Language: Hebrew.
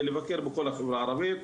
ולבקר בכל החברה הערבית.